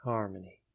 Harmony